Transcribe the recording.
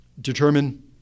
Determine